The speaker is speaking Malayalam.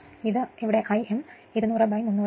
അതിനാൽ ഇതും I m 200 300 ഇത്രയും